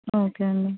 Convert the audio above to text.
okay అండి